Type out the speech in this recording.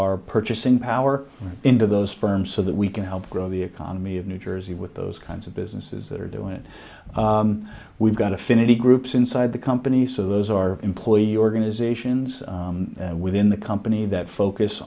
our purchasing power into those firms so that we can help grow the economy of new jersey with those kinds of businesses that are doing it we've got affinity groups inside the company so those are employees organizations within the company that focus